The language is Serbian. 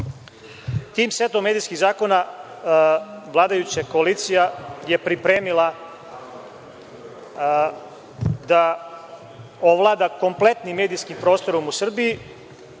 Tim setom medijskih zakona vladajuća koalicija je pripremila da ovlada kompletnim medijskim prostorom u Srbiji,